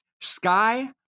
sky